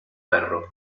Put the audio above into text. perro